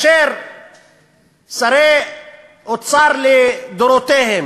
שרי אוצר לדורותיהם,